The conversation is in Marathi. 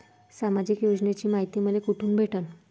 सामाजिक योजनेची मायती मले कोठून भेटनं?